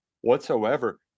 whatsoever